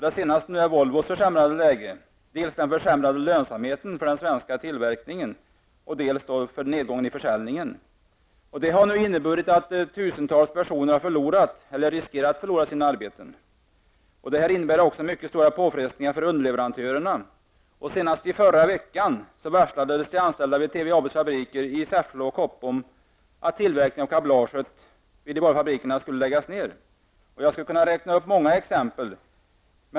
Det senaste är nu Volvos försämrade läge -- dels den försämrade lönsamheten för den svenska tillverkningen, dels nedgången av försäljningen. Det har nu inneburit att tusentals personer har förlorat eller riskerar att förlora sina arbeten. Det innebär också stora påfrestningar på underleverantörerna. Senast i förra veckan varslades de anställda vid TVABs fabriker i Säffle och Koppom om att tillverkningen av kablaget vid båda fabrikerna skulle läggas ned. Jag skulle kunna räkna upp många exempel.